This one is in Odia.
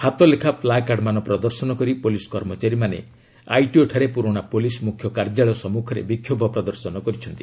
ହାତ ଲେଖା ପ୍ଲା କାର୍ଡ୍ମାନ ପ୍ରଦର୍ଶନ କରି ପୁଲିସ୍ କର୍ମଚାରୀମାନେ ଆଇଟିଓଠାରେ ପୁରୁଣା ପୁଲିସ୍ ମୁଖ୍ୟ କାର୍ଯ୍ୟାଳୟ ସମ୍ମୁଖରେ ବିକ୍ଷୋଭ ପ୍ରଦର୍ଶନ କରିଛନ୍ତି